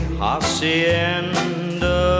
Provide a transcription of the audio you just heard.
hacienda